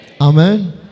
Amen